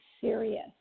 serious